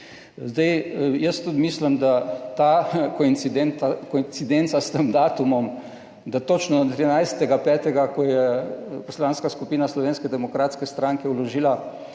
Jaz tudi mislim, da ta koincidenca s tem datumom, da točno, 13. 5. ko je Poslanska skupina Slovenske demokratske stranke vložila